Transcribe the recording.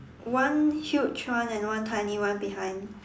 one huge one and one tiny one behind